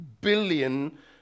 billion